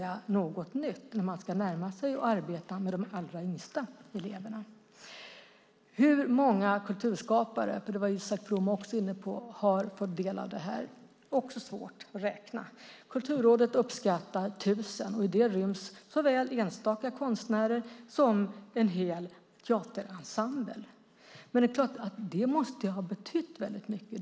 Att närma sig och arbeta med de allra yngsta eleverna är något nytt. Isak From var också inne på hur många kulturskapare som har fått del av detta. Det är svårt att beräkna. Kulturrådet uppskattar att det är 1 000. I den siffran ryms såväl enstaka konstnärer som hela teaterensembler. Det måste ju ha betytt mycket.